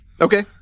Okay